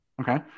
Okay